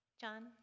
John